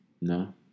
No